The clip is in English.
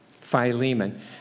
Philemon